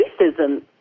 racism